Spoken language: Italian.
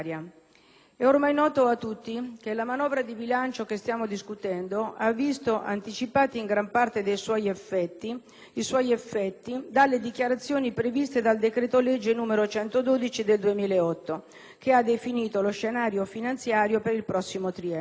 è ormai noto a tutti che la manovra di bilancio che stiamo discutendo ha visto anticipati gran parte dei suoi effetti dalle disposizioni previste dal decreto-legge n. 112 del 2008, che ha definito lo scenario finanziario per il prossimo triennio.